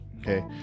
Okay